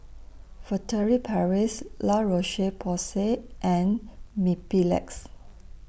Furtere Paris La Roche Porsay and Mepilex